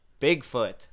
Bigfoot